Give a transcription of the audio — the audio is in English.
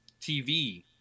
TV